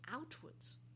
outwards